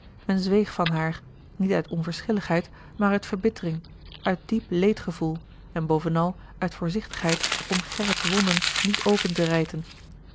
men zweeg van haar niet uit onverschilligheid maar uit verbittering uit diep leedgevoel en bovenal uit voorzichtigheid om gerrits wonden niet open te rijten